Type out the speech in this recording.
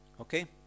Okay